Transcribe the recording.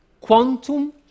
quantum